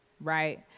right